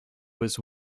was